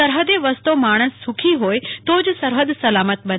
સરફદે વસતો માણસ સુખી હોય તો જ સરફદ સલામત બને